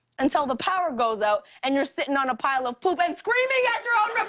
until the power goes out, and you're sitting on a pile of poop and screaming at your own